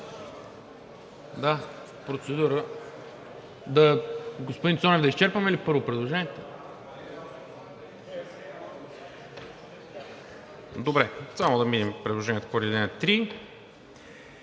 Цонев.) Господин Цонев, да изчерпаме ли първо предложението? Добре. Само да минем предложението по ал. 3.